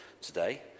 today